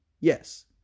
Yes